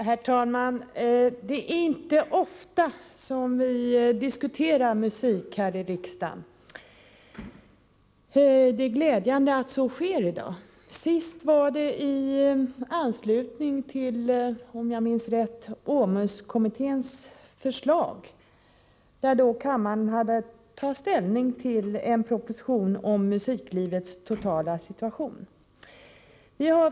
Herr talman! Det är inte ofta vi diskuterar musik här i riksdagen. Det är glädjande att så sker i dag. Senast var det — om jag minns rätt —i anslutning till OMUS-kommitténs förslag, då kammaren hade att ta ställning till en proposition om musiklivets totala situation.